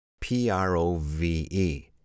P-R-O-V-E